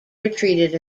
retreated